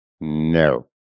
No